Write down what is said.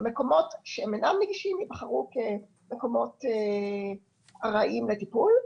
שמקומות שאינם נגישים ייבחרו כמקומות ארעיים לטיפול.